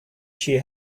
she